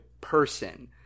person